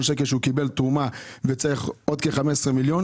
שקלים שהוא קיבל כתרומה והוא צריך עוד כ-15 מיליון.